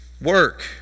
work